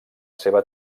seva